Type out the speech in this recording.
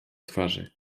twarzy